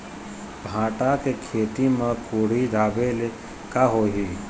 भांटा के खेती म कुहड़ी ढाबे ले का होही?